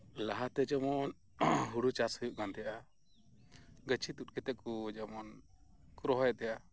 ᱞᱟᱦᱟᱛᱮ ᱡᱮᱢᱚᱱ ᱦᱳᱲᱳ ᱪᱟᱥ ᱦᱳᱭᱳᱜ ᱠᱟᱱ ᱛᱟᱦᱮᱸᱫᱼᱟ ᱜᱟᱪᱷᱤ ᱛᱩᱫ ᱠᱟᱛᱮᱫ ᱠᱚ ᱡᱮᱢᱚᱱ ᱠᱚ ᱨᱚᱦᱚᱭ ᱮᱫ ᱛᱟᱦᱮᱸᱫᱼᱟ